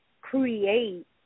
create